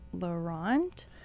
Laurent